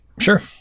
Sure